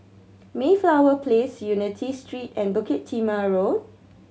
Mayflower Place Unity Street and Bukit Timah Road